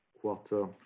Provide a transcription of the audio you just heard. quarter